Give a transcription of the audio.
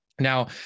Now